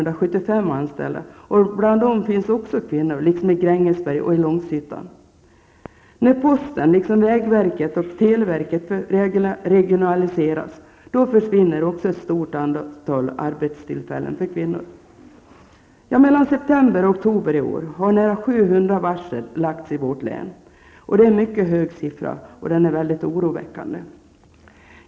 anställda. Bland dem finns också kvinnor, liksom i När posten liksom vägverket och televerket regionaliseras försvinner också ett stort antal arbetstillfällen för kvinnor. Mellan september och oktober i år har nära 700 varsel lagts i vårt län. Det är en mycket hög siffra, och den är mycket oroväckande.